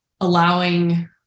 allowing